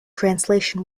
translation